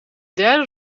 derde